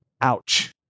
Ouch